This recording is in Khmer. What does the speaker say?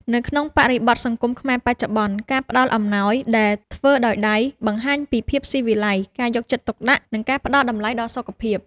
នៅក្នុងបរិបទសង្គមខ្មែរបច្ចុប្បន្ន ការផ្តល់អំណោយដែលធ្វើដោយដៃ បង្ហាញពីភាពស៊ីវិល័យ ការយកចិត្តទុកដាក់ និងការផ្តល់តម្លៃដល់សុខភាព។